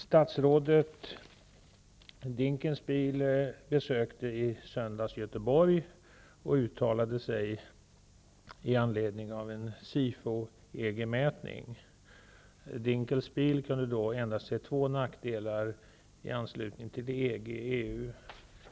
Statsrådet Dinkelspiel besökte i söndags Göteborg och uttalade sig i anledning av en SIFO-mätning om EG. Dinkelspiel kunde endast se två nackdelar med en anslutning till EG/EU.